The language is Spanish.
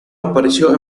apareció